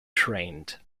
trained